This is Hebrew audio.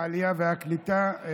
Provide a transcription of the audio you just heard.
זכויות).